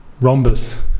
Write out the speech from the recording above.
Rhombus